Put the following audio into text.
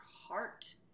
heart